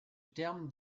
terme